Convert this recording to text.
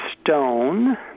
stone